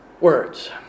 words